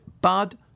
bud